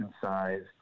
size